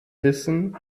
wissen